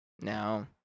Now